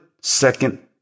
second